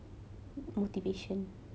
motivation